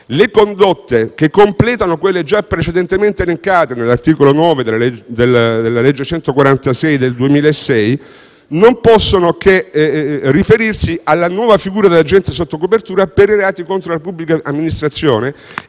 le condotte che completano quelle già precedentemente elencate nell'articolo 9 della legge n. 146 del 2006 non possono che riferirsi alla nuova figura dell'agente sotto copertura per i reati contro la pubblica amministrazione